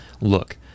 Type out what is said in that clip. look